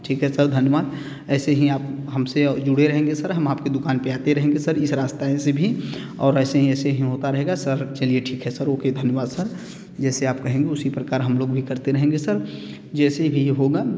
ठीक है सर धन्यवाद ऐसे ही आप हम से जुड़े रहेंगे सर हम आपकी दुकान पर आते रहेंगे सर इस रास्ता से भी और ऐसे ही ऐसे होता रहेगा सर चलिए ठीक है सर ओके धन्यवाद सर जैसे आप कहेंगे उसी प्रकार हम लोग भी करते रहेंगे सर जैसे भी होगा